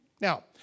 Now